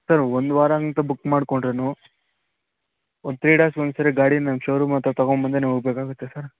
sir ಒಂದು ವಾರ ಅಂತ ಬುಕ್ ಮಾಡ್ಕೊಂಡ್ರೂ ಒಂದು ತ್ರೀ ಡೇಸ್ಗೆ ಒಂದು ಸಾರಿ ಗಾಡಿ ನಮ್ಮ ಶೋರೂಮ್ ಹತ್ರ ತಗೊಂಬಂದೇ ಹೋಗ್ಬೇಕಾಗುತ್ತೆ ಸರ್